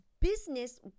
business